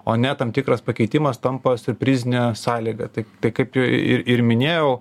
o ne tam tikras pakeitimas tampa siurprizinė sąlyga tai kaip ir ir minėjau